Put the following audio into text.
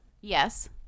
Yes